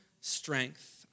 strength